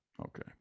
Okay